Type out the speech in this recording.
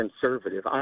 conservative